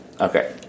Okay